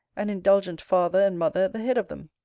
an indulgent father and mother at the head of them.